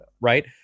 Right